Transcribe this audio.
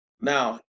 Now